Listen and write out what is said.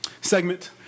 segment